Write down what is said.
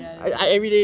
ya that's why